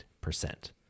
percent